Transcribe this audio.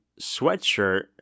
sweatshirt